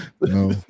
no